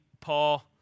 Paul